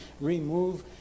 remove